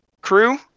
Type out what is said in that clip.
crew